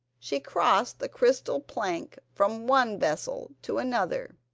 she crossed the crystal plank from one vessel to another.